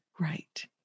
Right